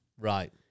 Right